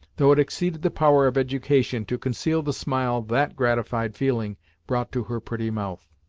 though it exceeded the power of education to conceal the smile that gratified feeling brought to her pretty mouth.